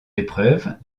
épreuves